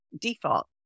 default